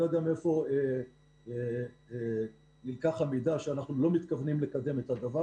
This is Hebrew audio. אני לא יודע מהיכן נלקח המידע שאנחנו לא מתכוונים לקדם את זה.